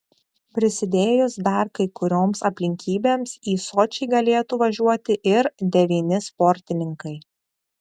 prisidėjus dar kai kurioms aplinkybėms į sočį galėtų važiuoti ir devyni sportininkai